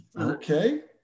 Okay